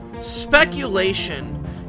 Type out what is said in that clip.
speculation